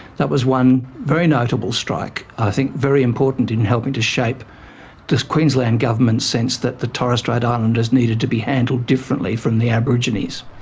that was one very notable strike, i think very important in helping to shape the queensland government's sense that the torres strait islanders needed to be handled differently from the aborigines.